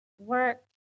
work